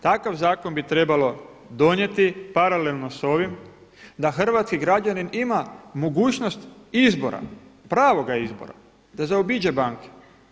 Takav zakon bi trebalo donijeti paralelno s ovim da hrvatski građanin ima mogućnost izbora, pravoga izbora da zaobiđe banke.